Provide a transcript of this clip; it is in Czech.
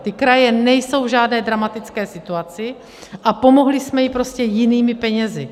Ty kraje nejsou v žádné dramatické situaci a pomohli jsme jim prostě jinými penězi.